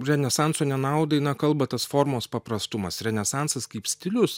renesanso nenaudai na kalba tas formos paprastumas renesansas kaip stilius